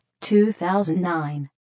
2009